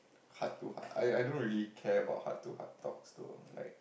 heart to heart I I don't really care about heart to heart talks though like